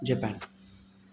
Japan